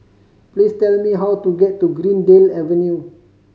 please tell me how to get to Greendale Avenue